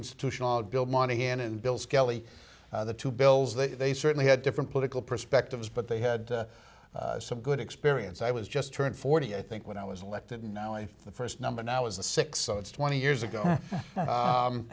institutional bill monahan and bill skelly the two bills that they certainly had different political perspectives but they had some good experience i was just turned forty i think when i was elected and now if the first number now is a six so it's twenty years ago